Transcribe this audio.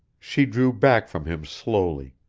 she drew back from him slowly,